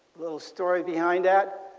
little story behind that.